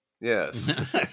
Yes